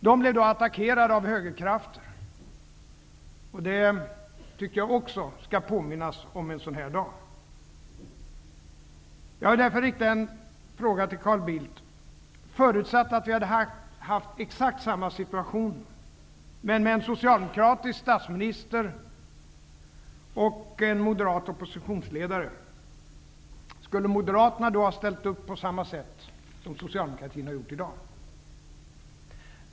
De blev attackerade av högerkrafterna. Det tycker jag att det också skall påminnas om en sådan här dag. Jag vill därför rikta en fråga till Carl Bildt. Förutsatt att vi hade haft exakt likadan situation men med en socialdemokratisk statsminister och en moderat oppositionsledare: Skulle Moderaterna ha ställt upp på samma sätt som Socialdemokraterna har gjort i dag?